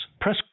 Press